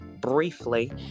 briefly